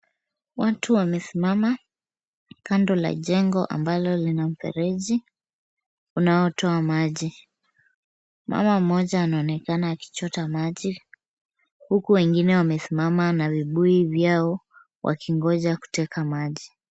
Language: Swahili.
Watu wamesimama kando ya jengo ambalo lina mfereji unaotoa maji. Mama mmoja anaonekana akichota maji, huku wengine wamesimama na vibuyu vyao wakingoja kuteka maji.